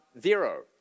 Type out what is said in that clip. zero